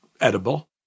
edible